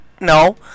No